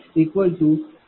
u